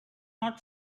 not